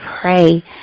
pray